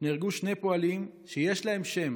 נהרגו שני פועלים שיש להם שם